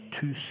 two